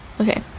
Okay